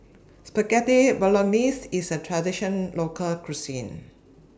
Spaghetti Bolognese IS A Traditional Local Cuisine